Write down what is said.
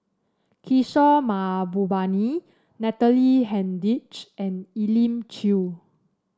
Kishore Mahbubani Natalie Hennedige and Elim Chew